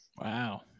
Wow